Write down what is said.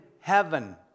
heaven